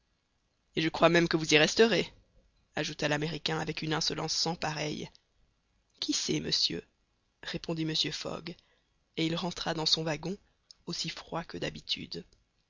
et je crois même que vous y resterez ajouta l'américain avec une insolence sans pareille qui sait monsieur répondit mr fogg et il rentra dans son wagon aussi froid que d'habitude